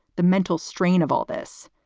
the mental strain of all this.